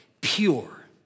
pure